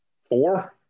four